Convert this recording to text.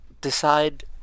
decide